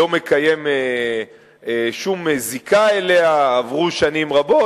לא מקיים שום זיקה אליה, עברו שנים רבות.